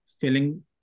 feeling